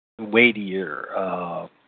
weightier